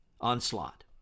onslaught